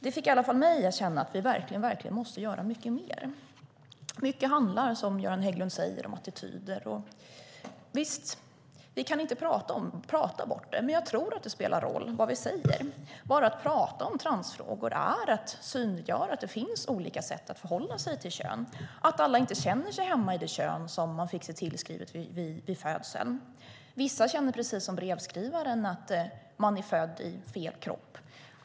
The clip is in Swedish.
Det fick i alla fall mig att känna att vi måste göra mycket mer. Mycket handlar, som Göran Hägglund säger, om attityder. Vi kan kanske inte prata bort det, men jag tror att det spelar roll vad vi säger. Bara att tala om transfrågor är att synliggöra att det finns olika sätt att förhålla sig till kön. Alla känner sig inte hemma i det kön som de fick sig tillskrivet vid födseln. Vissa känner precis som brevskrivaren att de är födda i fel kropp.